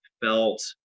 felt